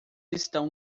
estão